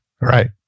Right